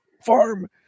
farm